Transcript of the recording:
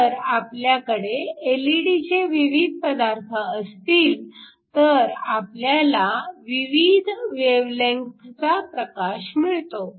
तर आपल्याकडे एलईडीचे विविध पदार्थ असतील तर आपल्याला विविध वेव्हलेंथचा प्रकाश मिळतो